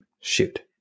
shoot